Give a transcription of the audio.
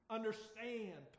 Understand